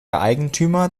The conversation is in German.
eigentümer